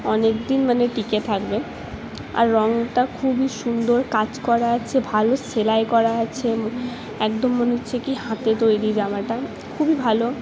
অনেক দিন মানে টিকে থাকবে আর রঙটা খুবই সুন্দর কাজ করা আছে ভালো সেলাই করা আছে একদম মনে হচ্ছে কি হাতে তৈরি জামাটা খুবই ভালো